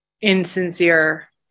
insincere